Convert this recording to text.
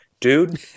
dude